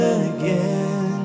again